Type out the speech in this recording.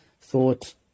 thought